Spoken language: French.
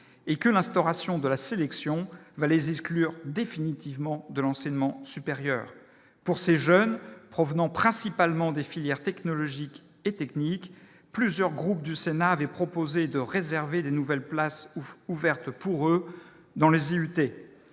et que l'instauration de la sélection va les exclure définitivement de l'enseignement supérieur pour ces jeunes provenant principalement des filières technologiques et techniques, plusieurs groupes du Sénat avait proposé de réserver de nouvelles places ouvertes pour eux dans les IUT,